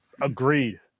agreed